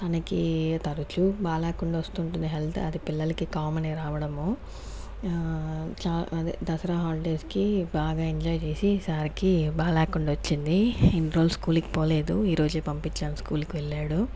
తనకి తరచూ బాలేకుండా వస్తుంటుంది హెల్త్ అది పిల్లలకి కామనే రావడము చా అదే దసరా హాలిడేసు కి బాగా ఎంజాయ్ చేసి సార్ కి బాగాలేకుండా వచ్చింది ఇన్నిరోజులు స్కూలుకి పోలేదు ఈ రోజే పంపించాను స్కూలు కి వెళ్లాడు